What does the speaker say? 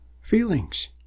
feelings